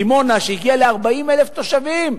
דימונה, שהגיעה ל-40,000 תושבים,